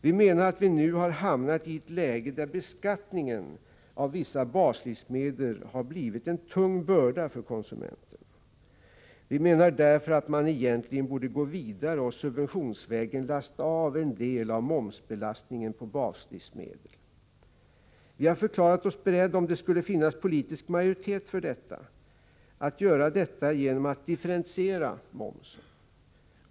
Vi menar att vi nu har hamnat i ett läge där beskattningen av vissa baslivsmedel har blivit en tung börda för konsumenterna. Vi menar därför att man egentligen borde gå vidare och subventionsvägen lasta av en del av momsbelastningen på baslivsmedel. Vi har förklarat oss beredda — om det skulle finnas politisk majoritet för detta — att göra det genom att differentiera momsen.